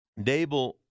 Dable